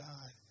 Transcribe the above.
God